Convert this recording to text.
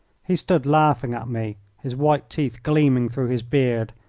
he stood laughing at me, his white teeth gleaming through his beard.